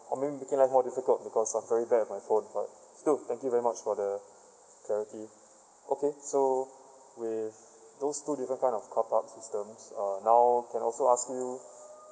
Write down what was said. I mean making life more difficult because of very bad of my phone sorry still thank you very much for the clarity okay so with those two different kind of carpark system uh now can also ask you